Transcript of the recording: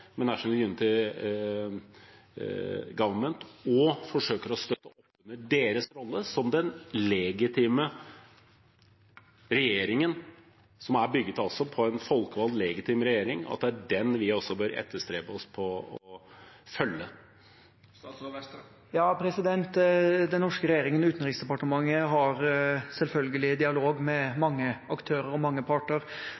å støtte opp under deres rolle som den legitime regjeringen, som altså er bygget på en folkevalgt, legitim regjering, i og med at det er den vi bør etterstrebe å følge? Den norske regjeringen og Utenriksdepartementet har selvfølgelig dialog med